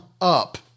up